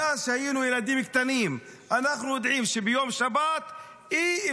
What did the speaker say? מאז שהיינו ילדים קטנים אנחנו יודעים שביום שבת אי-אפשר